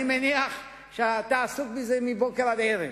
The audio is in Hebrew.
אני מניח שאתה עסוק בזה מבוקר עד ערב.